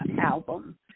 album